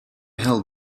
held